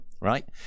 right